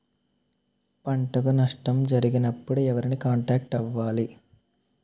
పంటకు నష్టం జరిగినప్పుడు ఎవరిని కాంటాక్ట్ అవ్వాలి?